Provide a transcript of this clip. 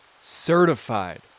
certified